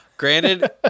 Granted